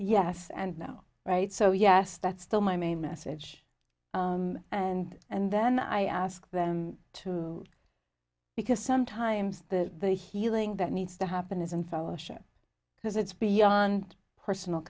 yes and no right so yes that's still my main message and and then i ask them too because sometimes the the healing that needs to happen isn't fellowship because it's beyond personal